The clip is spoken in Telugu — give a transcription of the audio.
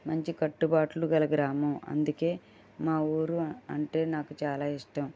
మంచి కట్టుబాట్లు గల గ్రామం అందుకని మా ఊరు అంటే నాకు చాలా ఇష్టం